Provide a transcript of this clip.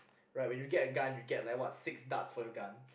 right when you get a gun you get like what six darts for your gun